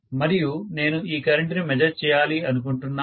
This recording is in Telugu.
మరియు నేను ఈ కరెంటుని మెజర్ చేయాలి అనుకుంటున్నాను